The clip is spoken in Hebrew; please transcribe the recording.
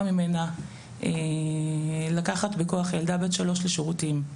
ממנה לקחת בכוח ילדה בת שלוש לשירותים.